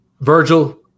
Virgil